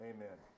Amen